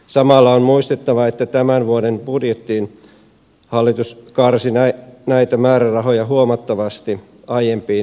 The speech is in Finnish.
samalla on muistettava että tämän vuoden budjettiin hallitus karsi näitä määrärahoja huomattavasti aiempiin vuosiin verrattuna